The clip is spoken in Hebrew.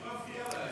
מי מפריע להם?